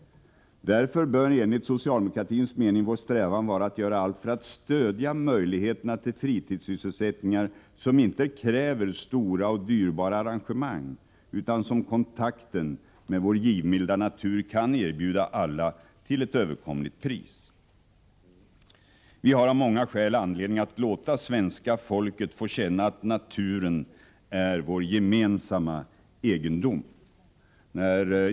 Därför bör enligt socialdemokratins mening vår strävan vara att göra allt för att öka möjligheterna till fritidssysselsättningar, som inte kräver stora och dyrbara arrangemang, utan som kontakten med vår givmilda natur kan erbjuda alla till ett överkomligt pris. Vi har av många skäl anledning att låta svenska folket få känna att naturen är vår gemensamma egendom.